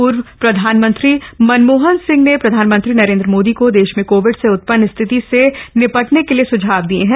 पूर्व प्रधानमंत्री मनमोहन सिंह ने प्रधानमंत्री नरेन्द्र मोदी को देश में कोविड से उत्पन्न स्थिति से निपटने के लिए सुझाव दिये हैं